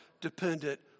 dependent